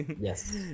Yes